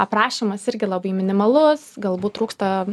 aprašymas irgi labai minimalus galbūt trūksta